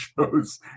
shows